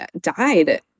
died